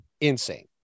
insane